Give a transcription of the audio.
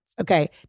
okay